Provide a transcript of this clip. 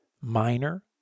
minor